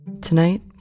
Tonight